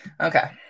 okay